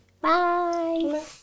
Bye